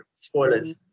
Spoilers